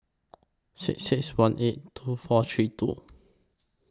six six one eight two four three two